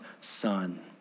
son